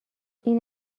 این